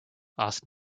asked